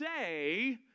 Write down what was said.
say